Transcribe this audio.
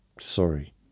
sorry